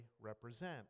represent